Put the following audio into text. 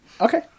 Okay